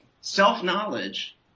self-knowledge